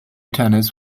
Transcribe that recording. tennis